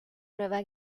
nueva